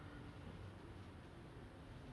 of course lah they this need to be undercover